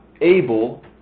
able